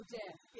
death